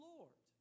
Lord